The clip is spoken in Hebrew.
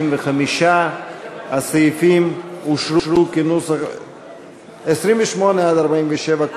55. סעיפים 28 47,